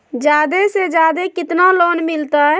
जादे से जादे कितना लोन मिलते?